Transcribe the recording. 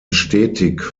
stetig